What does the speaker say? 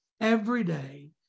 everyday